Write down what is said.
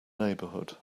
neighborhood